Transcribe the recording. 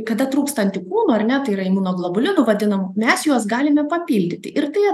kada trūksta antikūnų ar ne tai yra imunoglobulinų vadinamų mes juos galime papildyti ir tai